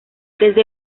desde